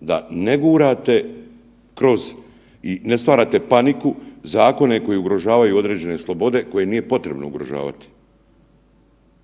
da ne gurate kroz i ne stvarate paniku, zakone koji ugrožavaju određene slobode koje nije potrebno ugrožavati.